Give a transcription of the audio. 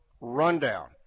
Rundown